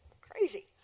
Crazy